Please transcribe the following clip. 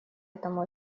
этому